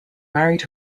married